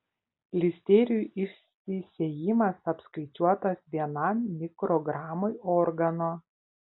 listerijų išsisėjimas apskaičiuotas vienam mikrogramui organo